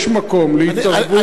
יש מקום להתערבות,